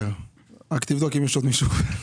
העבודה.